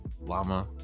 llama